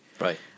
Right